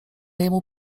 jemu